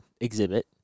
exhibit